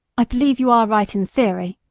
i believe you are right in theory,